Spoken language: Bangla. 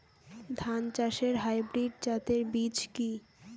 ধান চাষের হাইব্রিড জাতের বীজ কি?